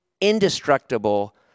indestructible